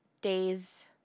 days